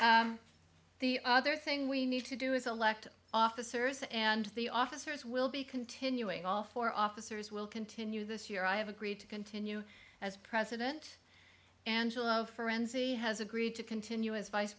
appreciate the other thing we need to do is elect officers and the officers will be continuing all four officers will continue this year i have agreed to continue as president angelo frenzy has agreed to continue as vice